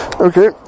Okay